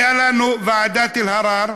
הייתה לנו ועדת אלהרר,